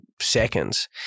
seconds